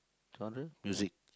genre music